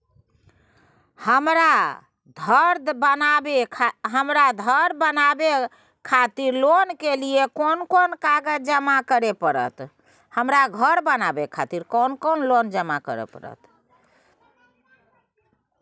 हमरा धर बनावे खातिर लोन के लिए कोन कौन कागज जमा करे परतै?